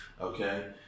okay